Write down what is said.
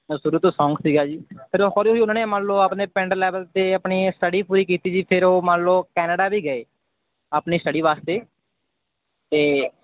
ਸ਼ੁਰੂ ਤੋਂ ਸ਼ੌਕ ਸੀਗਾ ਜੀ ਫੇਰ ਉਹ ਹੌਲੀ ਹੌਲੀ ਉਹਨਾਂ ਨੇ ਮੰਨ ਲਓ ਆਪਣੇ ਪਿੰਡ ਲੈਵਲ 'ਤੇ ਆਪਣੀ ਸਟਡੀ ਪੂਰੀ ਕੀਤੀ ਜੀ ਫੇਰ ਉਹ ਮੰਨ ਲਓ ਕੈਨੇਡਾ ਵੀ ਗਏ ਆਪਣੀ ਸਟਡੀ ਵਾਸਤੇ ਅਤੇ